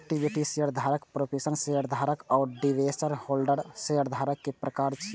equity शेयरधारक, preference शेयरधारक आ डिवेंचर होल्डर शेयरधारक के प्रकार छियै